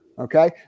Okay